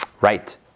right